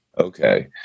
okay